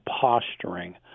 posturing